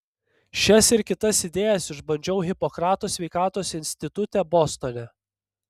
šias ir kitas idėjas išbandžiau hipokrato sveikatos institute bostone